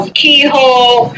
keyhole